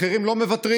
אחרים לא מוותרים,